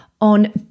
on